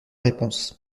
réponse